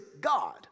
God